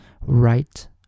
right